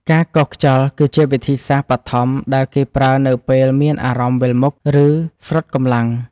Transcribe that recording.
ការកោសខ្យល់គឺជាវិធីសាស្ត្របឋមដែលគេប្រើនៅពេលមានអារម្មណ៍វិលមុខ ឬស្រុតកម្លាំង។